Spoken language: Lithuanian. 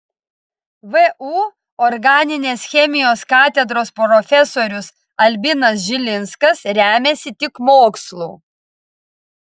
vu organinės chemijos katedros profesorius albinas žilinskas remiasi tik mokslu